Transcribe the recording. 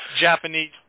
Japanese